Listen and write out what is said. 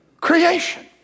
creation